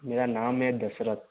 मेरा नाम है दशरथ